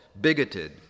bigoted